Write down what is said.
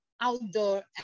outdoor